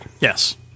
Yes